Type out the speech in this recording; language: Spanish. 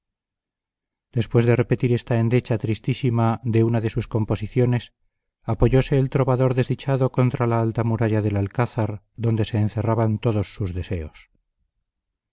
después de repetir esta endecha tristísima de una de sus composiciones apoyóse el trovador desdichado contra la alta muralla del alcázar donde se encerraban todos sus deseos